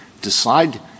decide